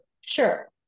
Sure